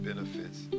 Benefits